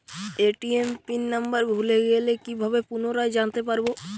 ATM pin number ভুলে গেলে কি ভাবে পুনরায় জানতে পারবো?